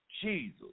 Jesus